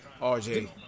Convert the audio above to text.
RJ